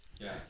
Yes